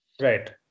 Right